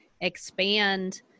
expand